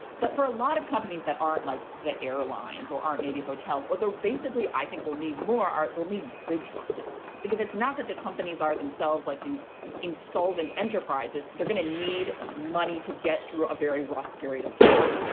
but for a lot of companies that aren't like the airlines or aren't maybe hotels or other, basically, i think we'll need more art. they'll need bridge loans because it's not that the companies are themselves like these insolvent enterprises. they're gonna need money to get through a very rough period of time.